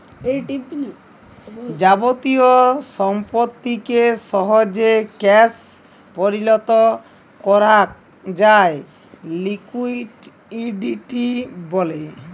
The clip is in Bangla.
যাবতীয় সম্পত্তিকে সহজে ক্যাশ পরিলত করাক যায় লিকুইডিটি ব্যলে